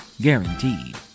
Guaranteed